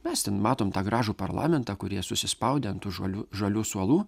mes ten matom tą gražų parlamentą kur jie susispaudę ant žalių žalių suolų